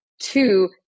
Two